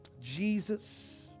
Jesus